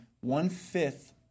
one-fifth